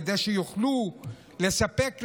כדי שיוכלו לספק לנו,